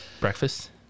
breakfast